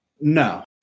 No